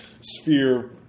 sphere